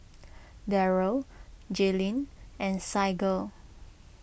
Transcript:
Darryll Jayleen and Saige